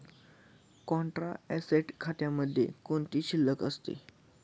Contra asset खात्यामध्ये कोणती शिल्लक असते?